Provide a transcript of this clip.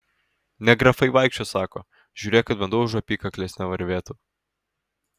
ne grafai vaikščios sako žiūrėk kad vanduo už apykaklės nevarvėtų